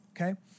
okay